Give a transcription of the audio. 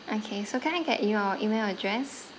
okay so can I get your email address